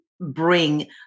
bring